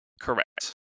Correct